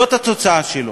זאת התוצאה שלו.